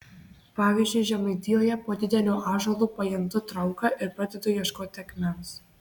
pavyzdžiui žemaitijoje po dideliu ąžuolu pajuntu trauką ir pradedu ieškoti akmens